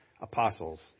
apostles